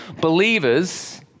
believers